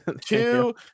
Two